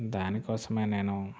దాని కోసం నేను